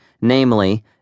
namely